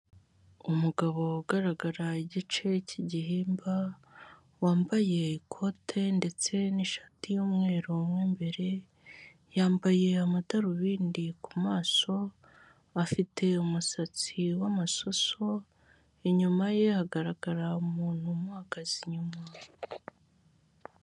Umugabo ugaragara igice k'igihimba wambaye ikote ndetse n'ishati y'umweru mu imbere, yambaye amadarubindi ku maso afite umusatsi wamasoso, inyuma ye hagaragara umuntu umuhagaze inyuma.